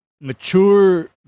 mature